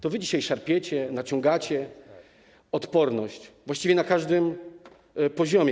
To wy dzisiaj szarpiecie, naciągacie odporność właściwie na każdym poziomie.